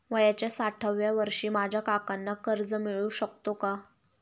वयाच्या साठाव्या वर्षी माझ्या काकांना कर्ज मिळू शकतो का?